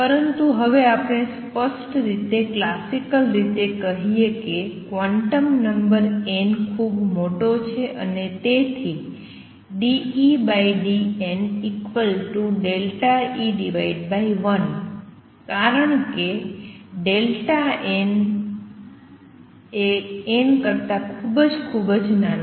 પરંતુ હવે આપણે સ્પષ્ટ રીતે ક્લાસિક રીતે કહીએ કે ક્વોન્ટમ નંબર n ખૂબ મોટો છે અને તેથી dEdn ∆E1 કારણ કે n n